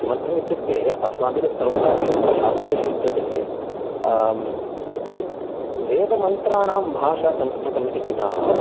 किमर्थम् इत्युक्ते अस्माभिः सर्वदा अपि अत्र शास्त्रेषु उच्यते वेदमन्त्राणां भाषा संस्कृतम् इति न